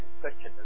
Question